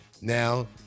Now